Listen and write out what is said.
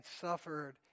suffered